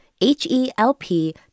H-E-L-P